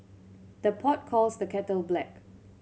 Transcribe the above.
the pot calls the kettle black